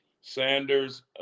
Sanders